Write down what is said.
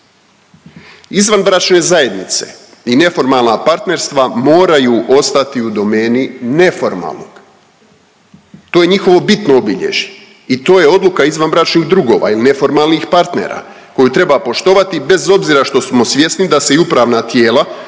Izvanbračne zajednice i neformalna partnerstva moraju ostati u domeni neformalnog. To je njihovo bitno obilježje i to je odluka izvanbračnih drugova ili neformalnih partnera koju treba poštovati bez obzira što smo svjesni da se i upravna tijela